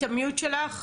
כן,